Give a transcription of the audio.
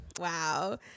wow